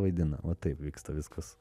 vaidina va taip vyksta viskas